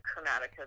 Chromatica